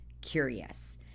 curious